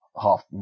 half